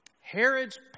Herod's